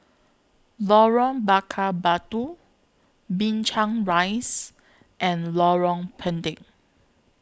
Lorong Bakar Batu Binchang Rise and Lorong Pendek